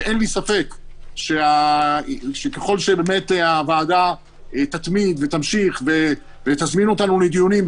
ואין לי ספק שככל שבאמת הוועדה תתמיד ותמשיך ותזמין אותנו לדיונים,